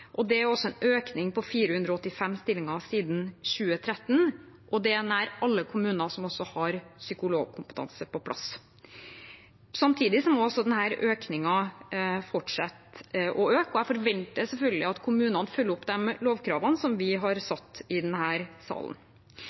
Det er også en økning på 485 stillinger siden 2013, og nær alle kommuner har psykologkompetanse på plass. Samtidig må denne økningen fortsette, og jeg forventer selvfølgelig at kommunene følger opp de lovkravene som vi har satt i denne salen.